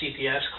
CPS